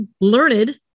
learned